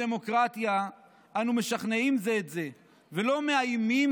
בדמוקרטיה אנו משכנעים זה את זה ולא מאיימים